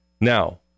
Now